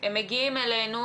הם מגיעים אלינו,